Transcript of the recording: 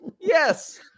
Yes